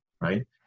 Right